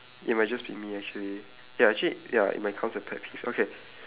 it might just be me actually ya actually ya it might count as pet peeve okay